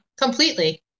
completely